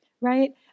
right